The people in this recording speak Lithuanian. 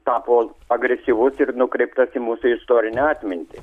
tapo agresyvus ir nukreiptas į mūsų istorinę atmintį